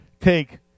take